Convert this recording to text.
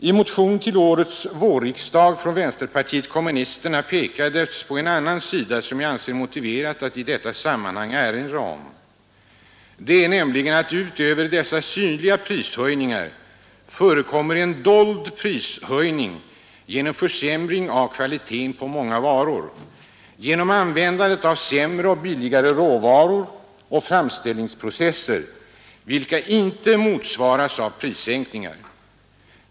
I en motion till årets vårriksdag från vänsterpartiet kommunisterna pekades på en annan sida, som jag anser motiverat att i detta sammanhang erinra om, nämligen att utöver dessa synliga prishöjningar förekommer en dold prishöjning genom försä mring av kvaliteten på många varor, genom användandet av sämre och billigare kningar.